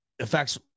affects